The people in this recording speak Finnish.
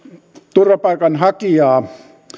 turvapaikanhakijaa